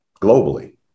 globally